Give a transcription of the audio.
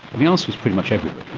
the answer is pretty much everybody.